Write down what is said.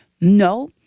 no